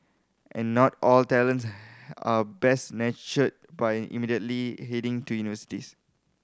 and not all talents are best nurtured by immediately heading to universities